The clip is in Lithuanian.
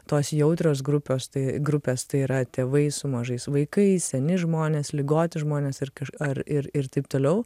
tos jautrios grupės tai grupės tai yra tėvai su mažais vaikais seni žmonės ligoti žmonės ir kai aš ar ir ir taip toliau